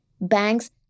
Banks